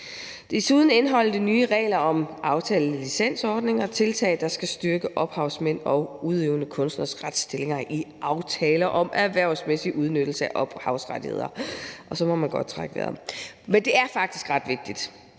Desuden indeholder de nye regler om aftalelicensordninger tiltag, der skal styrke ophavsmænd og udøvende kunstneres retsstillinger i aftaler om erhvervsmæssig udnyttelse af ophavsrettigheder. Og det er faktisk ret vigtigt.